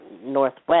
northwest